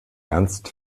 ernst